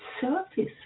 surface